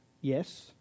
yes